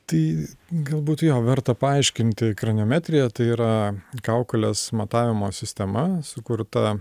tai galbūt jo verta paaiškinti kranimetrija tai yra kaukolės matavimo sistema sukurta